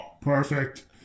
Perfect